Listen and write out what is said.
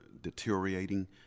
deteriorating